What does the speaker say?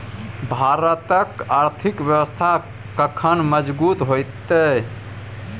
भारतक आर्थिक व्यवस्था कखन मजगूत होइत?